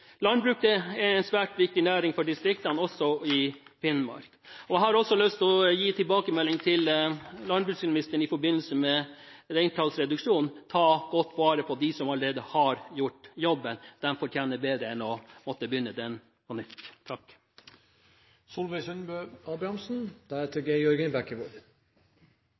Landbruket er en svært viktig næring for distriktene, også i Finnmark. Jeg har også lyst til å gi tilbakemelding til landbruksministeren i forbindelse med reintallsreduksjonen: Ta godt vare på dem som allerede har gjort jobben, de fortjener bedre enn å måtte begynne den på nytt.